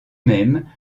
même